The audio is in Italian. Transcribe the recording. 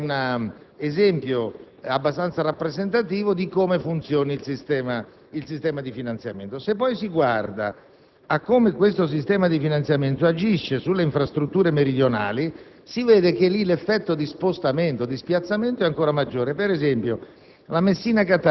È un esempio abbastanza rappresentativo di come funzioni il sistema di finanziamento. Se poi si guarda a come tale sistema di finanziamento agisce sulle infrastrutture meridionali, si vede che lì l'effetto di spiazzamento è ancora maggiore.